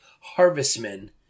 harvestmen